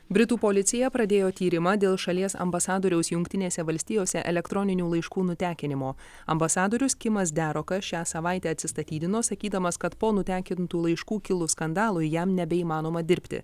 britų policija pradėjo tyrimą dėl šalies ambasadoriaus jungtinėse valstijose elektroninių laiškų nutekinimo ambasadorius kimas derokas šią savaitę atsistatydino sakydamas kad po nutekintų laiškų kilus skandalui jam nebeįmanoma dirbti